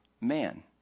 man